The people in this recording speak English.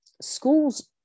schools